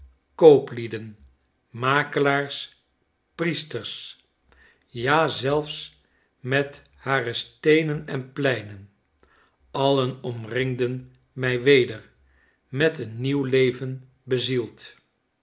kooplieden makelaars priesters ja zelfs met hare steenen en pleinen alien omringden mij weder met een nieuw leven bezield